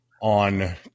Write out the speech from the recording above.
on